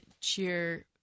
cheer